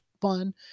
fun